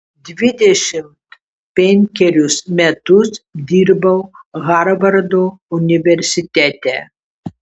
dvidešimt penkerius metus dirbau harvardo universitete